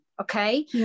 okay